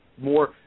more